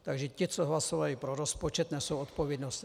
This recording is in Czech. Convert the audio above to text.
Takže ti, co hlasovali pro rozpočet, nesou odpovědnost.